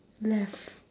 left